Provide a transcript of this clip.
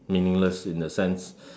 meaningless in a sense